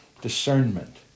discernment